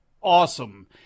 awesome